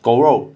狗肉